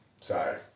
sorry